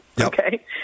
Okay